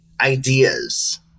ideas